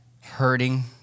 hurting